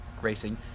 racing